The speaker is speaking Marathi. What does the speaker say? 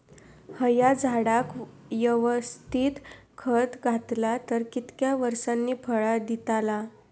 हया झाडाक यवस्तित खत घातला तर कितक्या वरसांनी फळा दीताला?